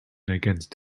against